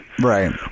right